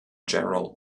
general